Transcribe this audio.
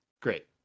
Great